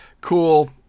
cool